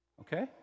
Okay